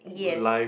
yes